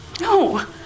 no